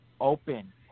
open